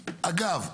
אגב,